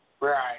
Right